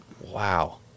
Wow